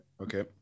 Okay